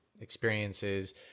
experiences